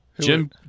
Jim